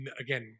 again